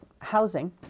housing